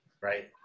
right